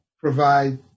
provide